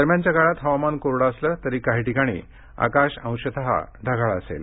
दरम्यानच्या काळात हवामान कोरडं असलं तरी काही ठिकाणी आकाश अंशतः ढगाळ असेल